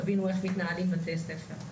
תבינו איך מתנהלים בתי ספר.